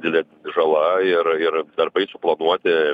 dilė žala ir ir darbai suplanuoti